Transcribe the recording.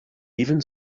even